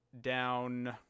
down